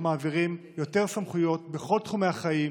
מעבירים יותר סמכויות בכל תחומי החיים,